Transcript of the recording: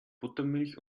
buttermilch